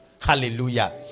Hallelujah